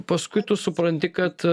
paskui tu supranti kad